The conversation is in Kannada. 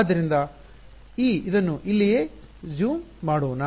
ಆದ್ದರಿಂದ ಈ ಇದನ್ನು ಇಲ್ಲಿಯೇ ಜೂಮ್ ಮಾಡೋಣ